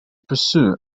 pursue